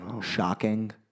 Shocking